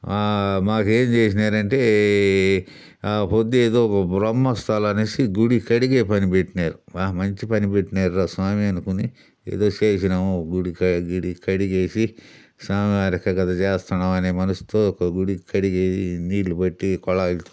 మాకేంచేసినారంటే ఆ పొద్దు ఏదో బ్రహ్మోత్సవాలనేసి గుడి కడిగే పని పెట్టినారు మంచిపని పెట్టినారురా సామి అనుకుని ఏదో చేసినాము గుడి కడి కడిగేసి స్వామివారికే కదా చేస్తనాం అనే మనసుతో గుడి కడిగే నీళ్ళుపట్టి కొళాయిలతో